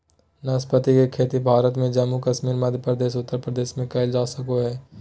नाशपाती के खेती भारत में जम्मू कश्मीर, मध्य प्रदेश, उत्तर प्रदेश में कइल जा सको हइ